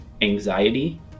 anxiety